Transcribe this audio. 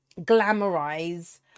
glamorize